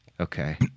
Okay